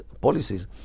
policies